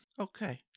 Okay